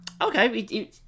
Okay